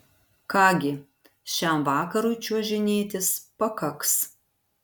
ką gi šiam vakarui čiuožinėtis pakaks